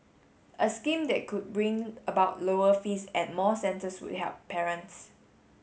a scheme that could bring about lower fees at more centres would help parents